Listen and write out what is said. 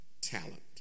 talent